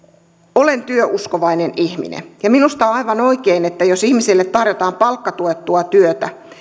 olen työuskovainen ihminen ja minusta on aivan oikein että jos ihmiselle tarjotaan palkkatuettua työtä